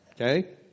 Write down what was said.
Okay